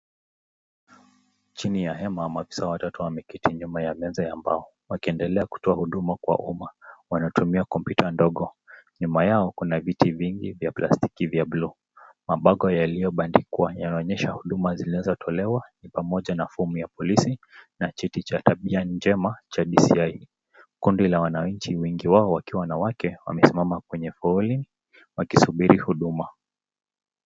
Chini ya hema maafisa watatu wameketi nyuma ya meza ya mbao ,wakiendelea kutoa huduma kwa umma. Wanatumia kompyuta ndogo, nyuma yao kuna viti vingi vya plastiki ya bluu. Mabako yaliyo bandikwa yanaonyesha huduma zinazotolewa ni pamoja na fomi ya polisi na cheti cha tabia nje chema cha DCI . Kundi la wananchi wengi wao wakiwa wanawake wamesimama kwenye foleni wakisubiri huduma.